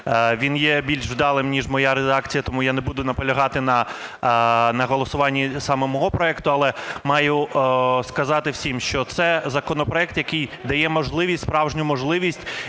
Він є більш вдалим, ніж моя редакція, тому я не буду наполягати на голосуванні саме мого проекту. Але маю сказати всім, що це законопроект, який дає можливість,